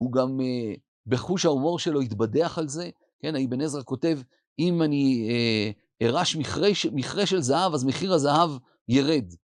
הוא גם בחוש ההומור שלו התבדח על זה. כן, האיבן עזרא כותב, אם אני ארש מכרה של זהב, אז מחיר הזהב יירד.